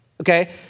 okay